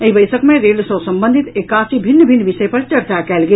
एहि बैसक मे रेल सँ संबंधित एकासी भिन्न भिन्न विषय पर चर्चा कयल गेल